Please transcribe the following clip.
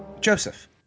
Joseph